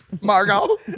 Margot